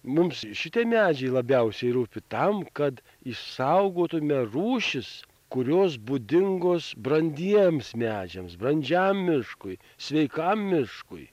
mums šitie medžiai labiausiai rūpi tam kad išsaugotume rūšis kurios būdingos brandiems medžiams brandžiam miškui sveikam miškui